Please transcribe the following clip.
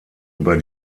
über